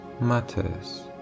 matters